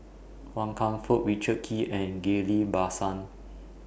Wan Kam Fook Richard Kee and Ghillie BaSan